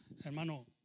hermano